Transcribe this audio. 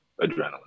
adrenaline